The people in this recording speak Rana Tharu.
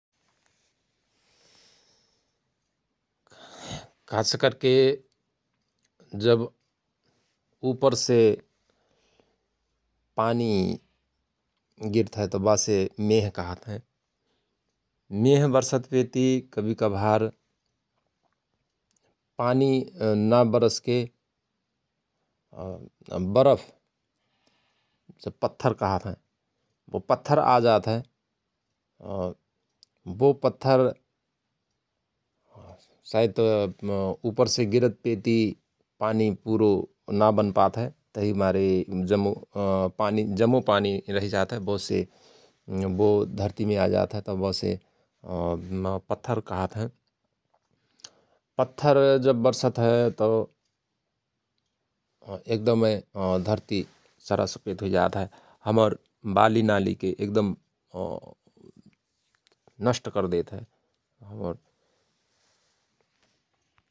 खास करके जव उपरसे पानी गिर्तहयत बासे मेह कहत हयं । मेह वर्षत पेति कवहि कभार पानी न बरषके अ बरफ पत्थर कहत हयं बो पत्थर आजात हय । अ बो पत्थर साईत उपरसे गिरत पेति पानी पुरो ना वनपात हय तहि मारे जमो पानी जमो पानीरहिजात बोसे वो धर्तिमे आजात हय तओ बोसे पत्थर कहत हयं । पत्थर जव बर्षत हय एकदमय धर्ती सरासुपेद हुइजात हय । हमर बालीनाली के एकदम नस्ट करदेत हय ।